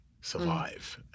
survive